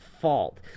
fault